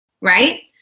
right